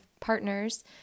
partners